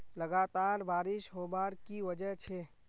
लगातार बारिश होबार की वजह छे?